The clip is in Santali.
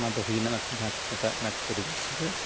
ᱚᱱᱟᱫᱚ ᱦᱩᱭᱱᱟ ᱱᱩᱠᱩ ᱡᱟᱦᱟᱸ ᱠᱚ ᱢᱮᱛᱟᱜ ᱠᱟᱱᱟ ᱠᱷᱟᱹᱨᱭᱟᱹ ᱥᱩᱨᱟᱹᱭ